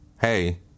hey